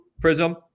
Prism